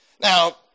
Now